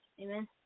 Amen